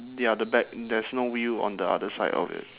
ya the back there's no wheel on the other side of it